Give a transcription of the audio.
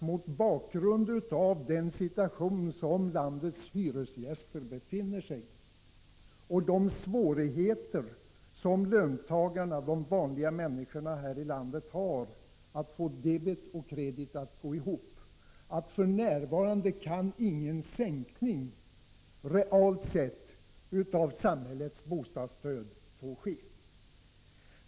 Mot bakgrund av den situation som landets hyresgäster befinner sig i och de svårigheter som löntagarna, de vanliga människorna, har att få debet och kredit att gå ihop, har vi samtidigt sagt att någon sänkning realt sett av samhällets bostadsstöd för närvarande inte får ske.